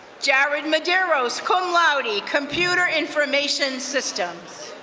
jared madeiros, cum laude, computer information systems.